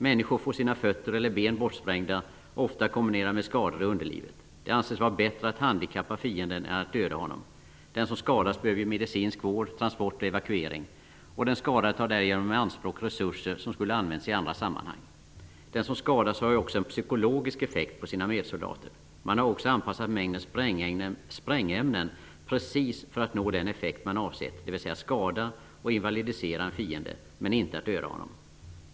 Människor får sina fötter eller ben bortsprängda, ofta kombinerat med skador i underlivet. Det anses vara bättre att handikappa fienden än att döda honom. Den som skadas behöver medicinsk vård, transport och evakuering. Den skadade tar därigenom i anspråk resurser som skulle ha använts i andra sammanhang. Den som skadats har också en psykologisk effekt på sina medsoldater. Man har också anpassat mängden sprängämne precis för att nå den effekt man avsett, dvs. att skada och invalidisera en fiende -- men inte att döda honom.